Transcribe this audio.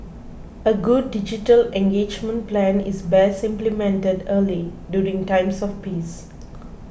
a good digital engagement plan is best implemented early during times of peace